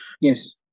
Yes